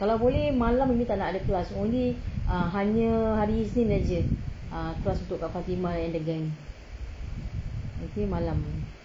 kalau boleh malam kita tak nak ada class only err hanya hari isnin aje err class untuk kak fatimah and the gang okay malam